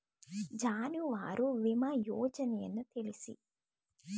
ಜಾನುವಾರು ವಿಮಾ ಯೋಜನೆಯನ್ನು ತಿಳಿಸಿ?